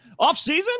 offseason